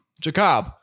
Jacob